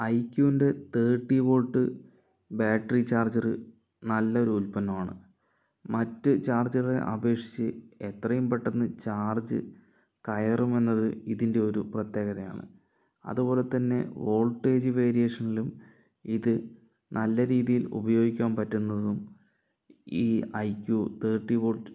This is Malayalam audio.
ഐ ക്യുവിൻ്റെ തെർട്ടി വോൾട്ട് ബാറ്ററി ചാർജർ നല്ലൊരു ഉല്പന്നമാണ് മറ്റ് ചാർജറിനെ അപേക്ഷിച്ച് എത്രയും പെട്ടന്ന് ചാർജ് കയറും എന്നത് ഇതിൻ്റെ ഒരു പ്രത്യേകതയാണ് അതുപോലെ തന്നെ വോൾട്ടേജ് വേരിയേഷനിലും ഇത് നല്ല രീതിയിൽ ഉപയോഗിക്കാൻ പറ്റുന്നതും ഈ ഐ ക്യു തെർട്ടി വോൾട്ട്